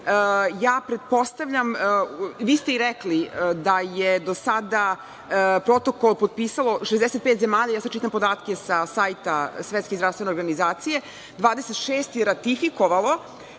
Pretpostavljam, vi ste i rekli, da je do sada protokol potpisalo 65 zemalja, sada čitam podatke sa sajta Svetske zdravstvene organizacije, 26 je ratifikovalo,